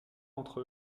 entre